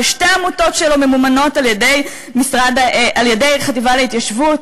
ששתי עמותות שלו ממומנות על-ידי החטיבה להתיישבות.